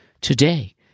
Today